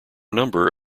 number